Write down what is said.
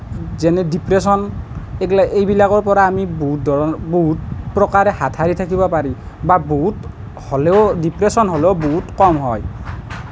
যেনে ডিপ্ৰেশ্যন এইগিলা এইবিলাকৰ পৰা আমি বহুত ধৰ বহুত প্ৰকাৰে হাত সাৰি থাকিব পাৰিম বা বহুত হ'লেও ডিপ্ৰেশ্যন হ'লেও কম হয়